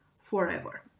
forever